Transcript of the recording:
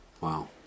Wow